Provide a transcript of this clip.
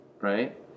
Right